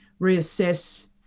reassess